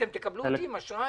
אתם תקבלו אותי ותיתנו לי אשראי?